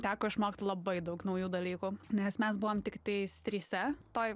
teko išmokt labai daug naujų dalykų nes mes buvom tiktais trise toj